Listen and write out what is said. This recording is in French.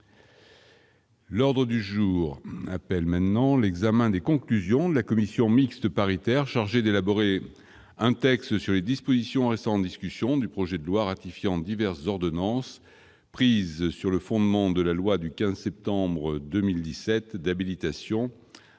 L'ordre du jour appelle l'examen des conclusions de la commission mixte paritaire chargée d'élaborer un texte sur les dispositions restant en discussion du projet de loi ratifiant diverses ordonnances prises sur le fondement de la loi n° 2017-1340 du 15 septembre 2017 d'habilitation à prendre